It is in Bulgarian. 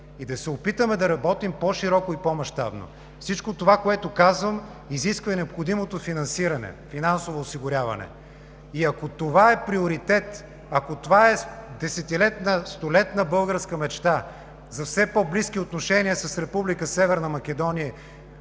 и да се опитаме да работим по-широко и по мащабно. Всичко това, което казвам, изисква и необходимото финансиране, финансово осигуряване. Ако това е приоритет, ако това е десетилетна, столетна българска мечта за все по-близки отношения с Република